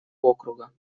округа